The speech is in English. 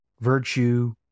virtue